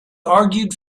argued